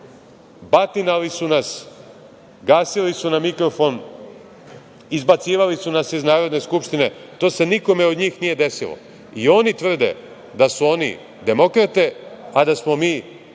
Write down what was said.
Batinali su nas, gasili su nam mikrofon, izbacivali su nas iz Narodne skupštine, to se nikome od njih nije desilo, i oni tvrde da su oni demokrate, a da smo mi